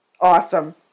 Awesome